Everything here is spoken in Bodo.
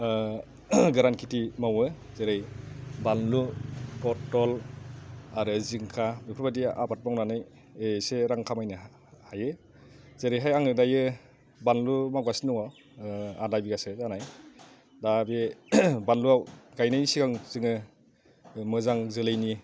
गोरान खेथि मावो जेरै बानलु फथल आरो जिंखा बेफोरबायदि आबाद मावनानै एसे रां खामायनो हायो जेरैहाय आङो दायो बानलु मावगासिनो दङ आदा बिगासो जानाय दा बे बानलुआव गायनायनि सिगां जोङो बे मोजां जोलैनि